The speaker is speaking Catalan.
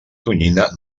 tonyina